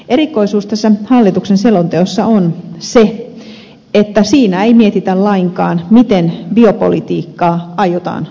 erikoisuus tässä hallituksen selonteossa on se että siinä ei mietitä lainkaan miten biopolitiikkaa aiotaan toteuttaa